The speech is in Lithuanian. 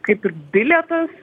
kaip ir bilietas